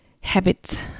habits